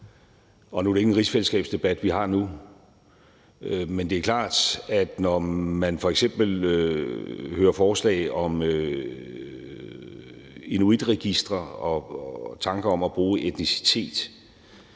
Det er ikke en rigsfællesskabsdebat, vi har nu, men det er klart, at når man f.eks. hører forslag om et inuitregister og tanker om at bruge etnicitet